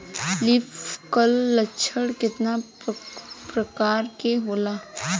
Leaf curl लक्षण केतना परकार के होला?